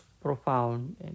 profound